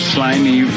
Slimy